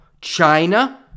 China